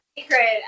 Secret